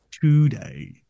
Today